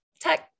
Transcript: tech